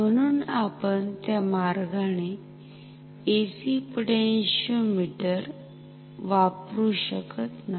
म्हणून आपण त्या मार्गाने AC पोटॅन्शिओमिटर वापरू शकत नाही